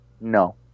No